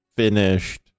Finished